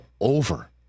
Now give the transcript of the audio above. over